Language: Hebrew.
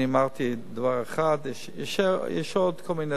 אני אמרתי דבר אחד, יש כל מיני הצעות,